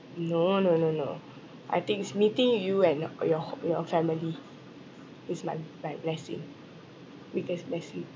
no no no no I think is meeting you and uh your who~ your family is my my blessing biggest blessing